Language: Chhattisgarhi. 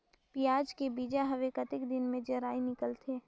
पियाज के बीजा हवे कतेक दिन मे जराई निकलथे?